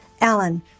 Alan